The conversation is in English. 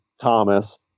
Thomas